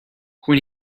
when